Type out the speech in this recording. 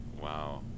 Wow